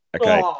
Okay